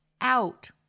out